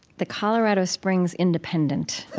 the colorado springs independent.